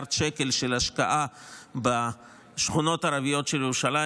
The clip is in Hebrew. מיליארד שקלים השקעה בשכונות הערביות של ירושלים,